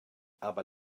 aber